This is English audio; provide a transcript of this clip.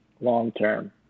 long-term